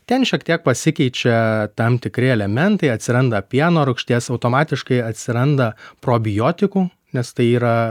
ten šiek tiek pasikeičia tam tikri elementai atsiranda pieno rūgšties automatiškai atsiranda probiotikų nes tai yra